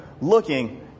looking